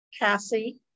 Cassie